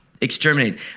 Exterminate